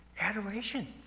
adoration